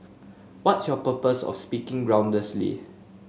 what's your purpose of speaking groundlessly